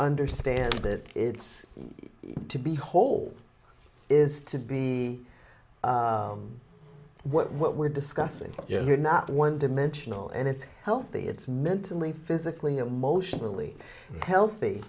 understand that it's to be whole is to be what we're discussing here not one dimensional and it's healthy it's mentally physically emotionally healthy